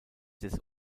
des